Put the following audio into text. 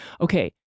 Okay